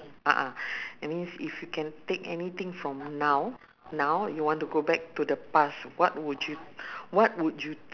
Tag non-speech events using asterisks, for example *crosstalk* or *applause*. a'ah *breath* that means if you can take anything from now now you want to go back to the past what would you what would you